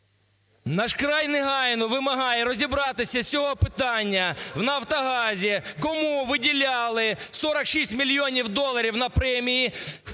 "Наш край" негайно вимагає розібратися з цього питання в "Нафтогазі", кому виділяли 46 мільйонів доларів на премії